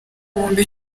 ibihumbi